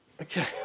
okay